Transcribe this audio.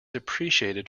appreciated